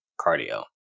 cardio